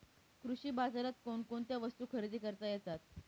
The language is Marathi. कृषी बाजारात कोणकोणत्या वस्तू खरेदी करता येतात